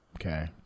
Okay